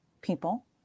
people